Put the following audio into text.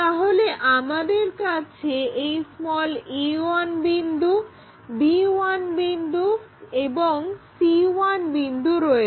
তাহলে আমাদের কাছে এই a1 বিন্দু b1 বিন্দু এবং c1 বিন্দু রয়েছে